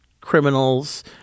criminals